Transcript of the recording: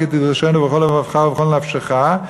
כי תדרשנו בכל לבבך ובכל נפשך".